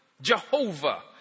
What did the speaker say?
Jehovah